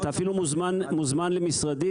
אתה אפילו מוזמן למשרדי,